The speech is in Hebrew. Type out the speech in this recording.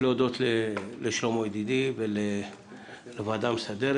להודות לשלמה ידידי, ולוועדה המסדרת.